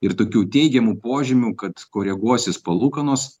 ir tokių teigiamų požymių kad koreguosis palūkanos